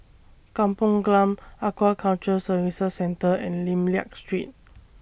Kampung Glam Aquaculture Services Centre and Lim Liak Street